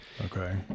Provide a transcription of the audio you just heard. Okay